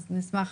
אז נשמח